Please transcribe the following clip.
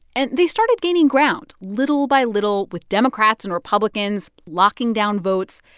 and they started gaining ground little by little with democrats and republicans, locking down votes.